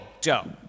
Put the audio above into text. Joe